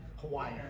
Hawaii